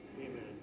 Amen